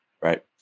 Right